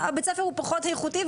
בית הספר הוא פחות איכותי,